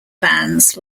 bands